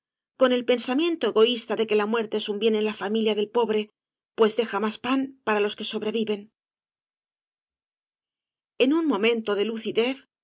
con el pensamiento egoísta de que la muerte es un bien en la familia del pobre pues deja más pan para los que sobreviven en un momento de lucidez